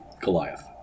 Goliath